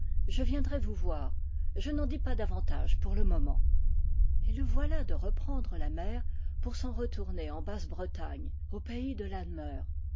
je viendrai vous voir je n'en dis pas davantage pour le moment et le voilà de reprendre la mer pour s'en retourner en basse-bretagne au pays de lanmeur